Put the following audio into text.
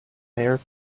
mare